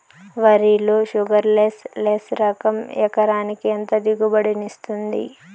వరి లో sugarless less రకం ఎకరాకి ఎంత దిగుబడినిస్తుంది